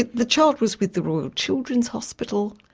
the child was with the royal children's hospital.